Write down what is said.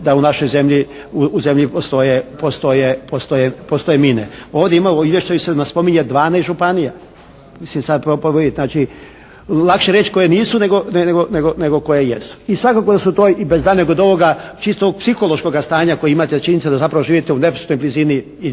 da u našoj zemlji postoje mine. Ovdje ima u izvješću se spominje 12 županija. …/Govornik se ne razumije./… znači lakše reći koje nisu nego koje jesu. I svakako da su to i bez daljnjeg kod ovoga čisto psihološkoga stanja koje imati zbog činjenice da zapravo živite u neposrednoj blizini